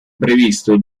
previsto